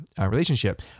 relationship